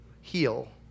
heal